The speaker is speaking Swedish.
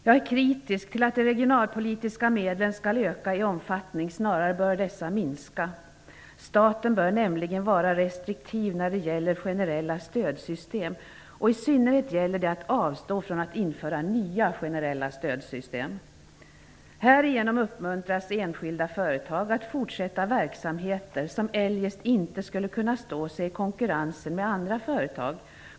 Jag är kritisk till att de regionalpolitiska medlen skall öka i omfattning. Snarare bör dessa minska. Staten bör nämligen vara restriktiv när det gäller generella stödsystem, och i synnerhet gäller det att avstå från att införa nya generella stödsystem. Härigenom uppmuntras enskilda företag att fortsätta verksamheter som eljest inte skulle kunna stå sig i konkurrensen med andra företag.